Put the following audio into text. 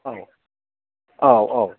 औ औ औ